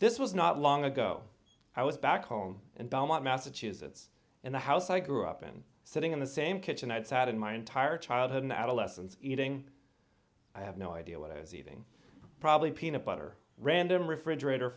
this was not long ago i was back home and belmont massachusetts in the house i grew up in sitting in the same kitchen i'd sat in my entire childhood and adolescence eating i have no idea what i was eating probably peanut butter random refrigerator